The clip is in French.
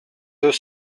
deux